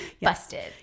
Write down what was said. busted